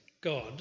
God